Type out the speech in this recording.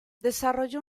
desarrolló